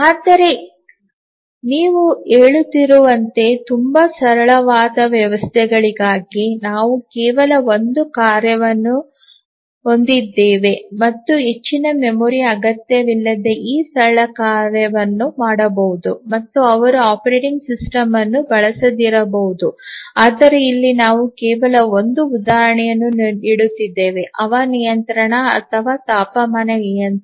ಆದರೆ ನೀವು ಹೇಳುತ್ತಿರುವಂತೆ ತುಂಬಾ ಸರಳವಾದ ವ್ಯವಸ್ಥೆಗಳಿಗಾಗಿ ನಾವು ಕೇವಲ ಒಂದು ಕಾರ್ಯವನ್ನು ಹೊಂದಿದ್ದೇವೆ ಮತ್ತು ಹೆಚ್ಚಿನ ಮೆಮೊರಿ ಅಗತ್ಯವಿಲ್ಲದೇ ಈ ಸರಳ ಕಾರ್ಯವನ್ನು ಮಾಡಬಹುದು ಮತ್ತು ಅವರು ಆಪರೇಟಿಂಗ್ ಸಿಸ್ಟಮ್ ಅನ್ನು ಬಳಸದಿರಬಹುದು ಆದರೆ ಇಲ್ಲಿ ನಾನು ಕೇವಲ ಒಂದು ಉದಾಹರಣೆಯನ್ನು ನೀಡುತ್ತಿದ್ದೇನೆ ಹವಾನಿಯಂತ್ರಣ ಅಥವಾ ತಾಪಮಾನ ನಿಯಂತ್ರಕ